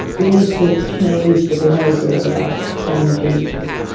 we need to change the behaviour of about ten genes.